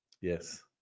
Yes